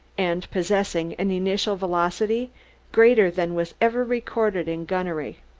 and possessing an initial velocity greater than was ever recorded in gunnery.